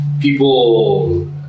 people